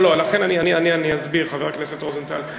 לא לא, לכן אני אסביר, חבר הכנסת רוזנטל.